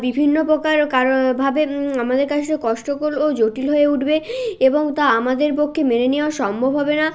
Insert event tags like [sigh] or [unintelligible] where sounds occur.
বিভিন্ন প্রকার [unintelligible] আমাদের কাছেও কষ্টকর ও জটিল হয়ে উঠবে এবং তা আমাদের পক্ষে মেনে নেওয়া সম্ভব হবে না